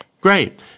Great